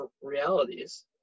realities